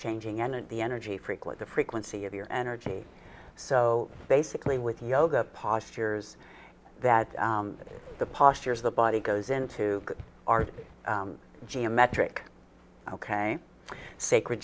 changing and the energy frequent the frequency of your energy so basically with yoga postures that the postures the body goes into our geometric ok sacred